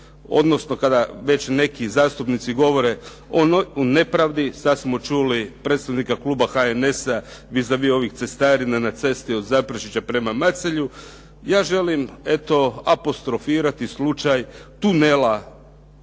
odnosno kada već neki zastupnici govore o nepravdi, sad smo čuli predstavnika kluba HNS-a vis a vis ovih cestarina na cesti od Zaprešića prema Macelju ja želim eto apostrofirati slučaj tunela kroz